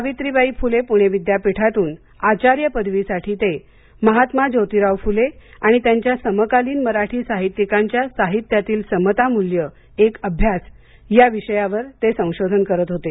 सावित्रीबाई फुले पुणे विद्यापीठातून आचार्य पदवीसाठी ते महात्मा ज्योतीराव फुले आणि त्यांच्या समकालीन मराठी साहित्यिकांच्या साहित्यातील समतामुल्य एक अभ्यास या विषयावर ते संशोधन करत होते